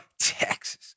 Texas